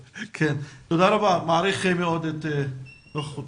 תודה רבה, מעריך מאוד את נוכחותך.